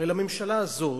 הרי לממשלה הזאת